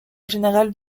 général